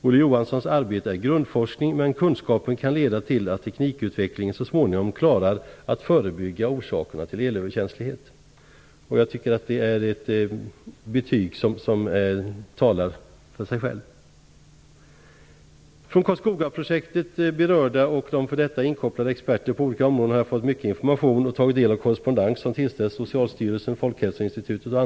Olle Johanssons arbete är grundforskning, men kunskapen kan leda till att teknikutvecklingen så småningom klarar att förebygga orsakerna till elöverkänslighet. Jag tycker att detta är ett betyg som talar för sig självt. Från Karlskogaprojektets berörda och från för detta inkopplade experter på olika områden har jag fått mycket information och tagit del av korrespondens som tillställts bl.a. Socialstyrelsen och Folkhälsoinstitutet.